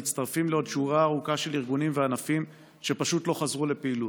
הם מצטרפים לעוד שורה ארוכה של ארגונים וענפים שפשוט לא חזרו לפעילות.